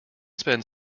spend